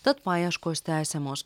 tad paieškos tęsiamos